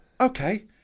okay